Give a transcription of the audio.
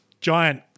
giant